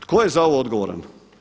Tko je za ovo odgovoran?